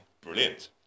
Brilliant